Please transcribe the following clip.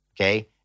okay